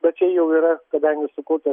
bet čia jau yra kadangi su kokia